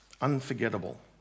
Unforgettable